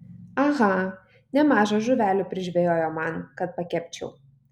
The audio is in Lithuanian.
aha nemaža žuvelių prižvejojo man kad pakepčiau